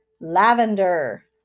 lavender